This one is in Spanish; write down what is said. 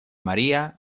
maría